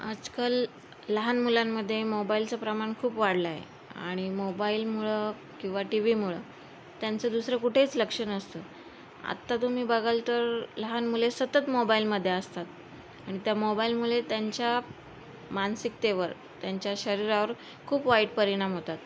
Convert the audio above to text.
आजकाल लहान मुलांमध्ये मोबाईलचं प्रमाण खूप वाढलं आहे आणि मोबाईलमुळं किंवा टी व्हीमुळं त्यांचं दुसरं कुठेच लक्ष नसतं आत्ता तुम्ही बघाल तर लहान मुले सतत मोबाईलमध्ये असतात आणि त्या मोबाईलमुळे त्यांच्या मानसिकतेवर त्यांच्या शरीरावर खूप वाईट परिणाम होतात